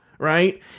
Right